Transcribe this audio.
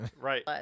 Right